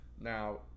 now